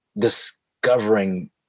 discovering